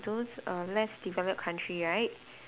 those err less developed country right